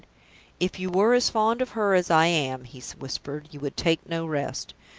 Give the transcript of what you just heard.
if you were as fond of her as i am, he whispered, you would take no rest,